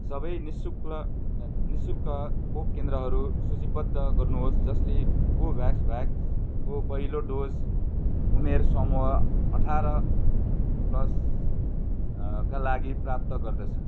सबै नि शुक्ल नि शुल्क खोप केन्द्रहरू सूचीबद्ध गर्नुहोस् जसले कोभ्याक्स भ्याक्सको पहिलो डोज उमेर समूह अठार प्लस का लागि प्राप्त गर्दछ